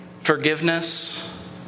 Forgiveness